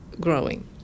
growing